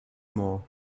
more